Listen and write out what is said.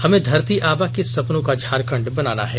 हमें धरती आबा के सपनों का झारखंड बनाना है